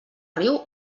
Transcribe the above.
riu